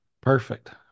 Perfect